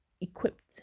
equipped